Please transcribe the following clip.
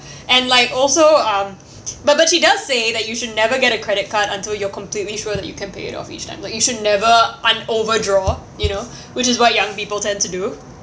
and like also um but but she does say that you should never get a credit card until you're completely sure that you can pay it off each time like you should never un overdraw you know which is what young people tend to do